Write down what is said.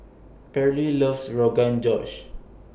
Pearley loves Rogan Josh